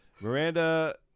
Miranda